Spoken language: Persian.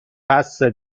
بسه